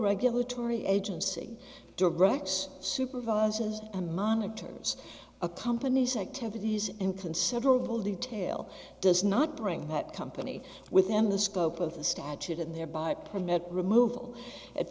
regulatory agency directs supervisors and monitors a company's activities in considerable detail does not bring that company within the scope of the statute and thereby permit removal